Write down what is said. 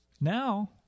Now